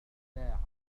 ساعة